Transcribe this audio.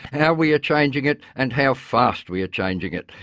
how we are changing it and how fast we are changing it.